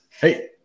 Hey